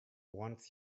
wants